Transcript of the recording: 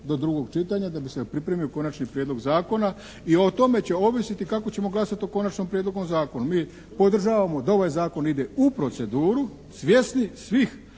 do drugog čitanja da bi se pripremio konačni prijedlog zakona i o tome će ovisiti kako ćemo glasati o konačnom prijedlogu zakona. Mi podržavamo da ovaj Zakon ide u proceduru svjesni svih